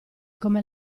come